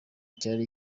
cyari